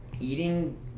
eating